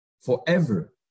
forever